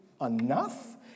enough